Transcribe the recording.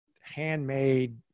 handmade